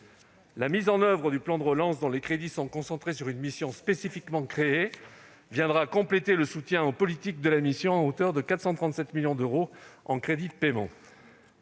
La mise en oeuvre de celui-ci, dont les crédits sont concentrés sur une mission spécifiquement créée, viendra compléter le soutien aux politiques de la mission, à hauteur de 437 millions d'euros en crédits de paiement.